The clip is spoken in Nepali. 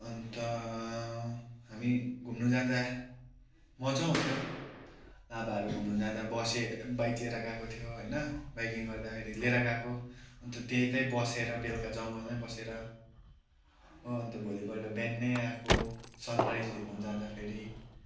अन्त हामी घुम्नु जाँदा मज्जा आउँथ्यो लाभाहरू घुम्नु जाँदा बसे बाइक लिएर गएको थियो होइन बाइकिङ गर्दाखेरि लिएर गएको अन्त त्यतै बसेर बेलुका जङ्गलमै बसेर हो अन्त भोलिपल्ट बिहानै आएको सन राइज हेर्नु जाँदाखेरि